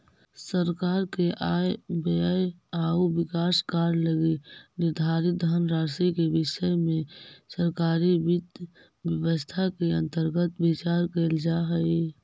सरकार के आय व्यय आउ विकास कार्य लगी निर्धारित धनराशि के विषय में सरकारी वित्त व्यवस्था के अंतर्गत विचार कैल जा हइ